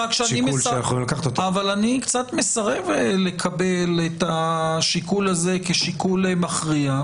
אבל אני מסרב לקבל את השיקול הזה כשיקול מכריע.